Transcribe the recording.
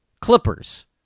Clippers